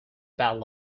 bad